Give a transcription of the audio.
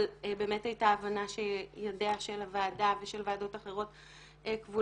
אבל היתה הבנה שידיה של הוועדה ושל ועדות אחרות כבולות,